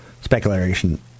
Speculation